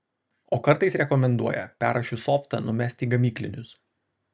o kartais rekomenduoja perrašius softą numest į gamyklinius